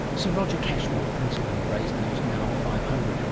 sir roger cashmore, principal of brasenose, now five hundred